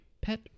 pet